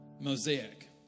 mosaic